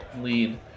lead